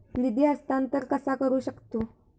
निधी हस्तांतर कसा करू शकतू?